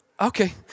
okay